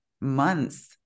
months